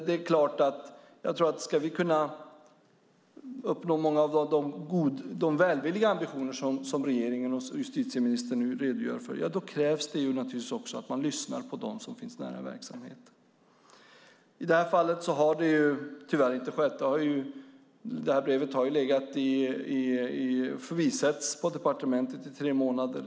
Om vi ska uppnå många av de välvilliga ambitioner som regeringen och justitieministern nu redogör för krävs det naturligtvis också att man lyssnar på dem som finns nära verksamheten. I detta fall har det tyvärr inte skett. Detta brev har legat på departementet i tre månader.